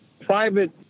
private